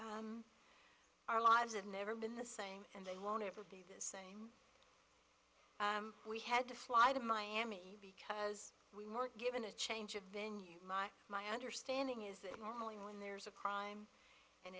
our lives have never been the same and they won't ever be the same we had to fly to miami because we weren't given a change of venue my understanding is that normally when there's a crime and